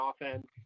offense